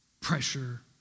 Pressure